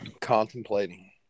contemplating